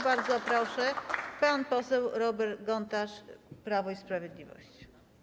Bardzo proszę, pan poseł Robert Gontarz, Prawo i Sprawiedliwość.